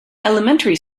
elementary